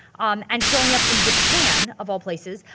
um and showing up in japan, of all places,